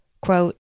Quote